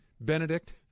Benedict